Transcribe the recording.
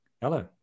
Hello